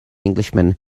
englishman